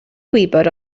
gwybod